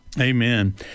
Amen